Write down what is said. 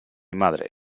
madre